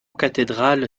cathédrale